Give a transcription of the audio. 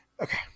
Okay